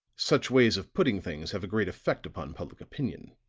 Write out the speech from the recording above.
such ways of putting things have a great effect upon public opinion